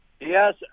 Yes